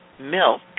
milk